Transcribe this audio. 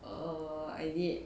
err I did